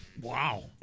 Wow